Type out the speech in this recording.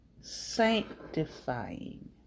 sanctifying